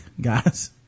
guys